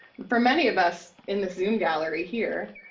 for many of us in the zoom gallery here,